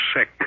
sick